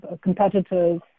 competitors